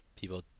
people